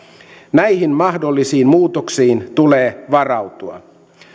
näihin mahdollisiin muutoksiin tulee varautua